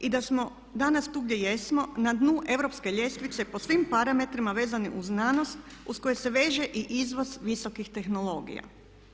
I da smo danas tu gdje je jesmo, na dnu europske ljestvice po svim parametrima vezanim uz znanost uz koju se veže i izvoz visokih tehnologija.